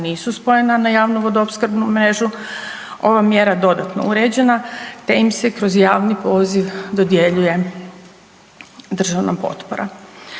nisu spojena na javnu vodoopskrbnu mrežu. Ova mjera je dodatno uređena, te im se kroz javni poziv dodjeljuje državna potpora.